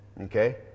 okay